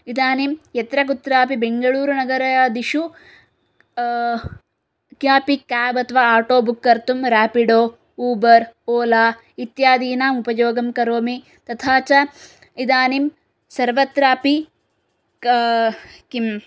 इदानीं यत्र कुत्रापि बेङ्गलूरुनगरादिषु केऽपि केब् अथवा आटो बुक् कर्तुं रेपिडो उबर् ओला इत्यादीनाम् उपयोगं करोमि तथा च इदानीं सर्वत्रापि किम्